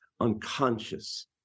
unconscious